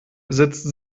sitzt